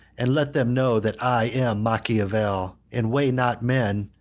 and let them know that i am machiavel, and weigh not men,